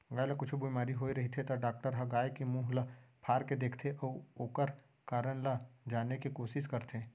गाय ल कुछु बेमारी होय रहिथे त डॉक्टर ह गाय के मुंह ल फार के देखथें अउ ओकर कारन ल जाने के कोसिस करथे